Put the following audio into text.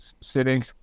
sitting